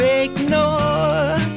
ignore